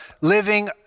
living